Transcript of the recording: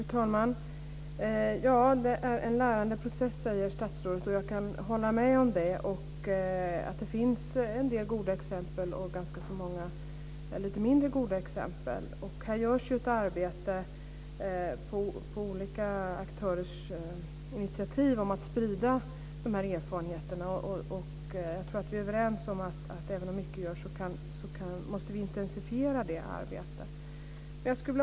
Fru talman! Det är en lärandeprocess, säger statsrådet. Jag kan hålla med om det. Det finns en del goda exempel och ganska så många lite mindre goda exempel. Här görs ett arbete på olika aktörers initiativ för att sprida de här erfarenheterna. Jag tror att vi är överens om att vi måste intensifiera detta arbete, även om mycket görs.